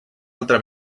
altra